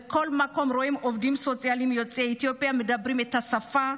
בכל מקום רואים עובדים סוציאליים יוצאי אתיופיה מדברים בשפה,